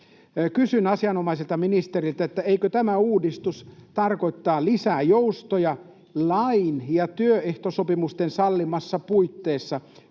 Kysyn asianomaiselta ministeriltä: eikö tämä uudistus tarkoita lisää joustoja lain ja työehtosopimusten sallimissa puitteissa,